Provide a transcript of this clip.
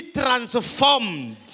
transformed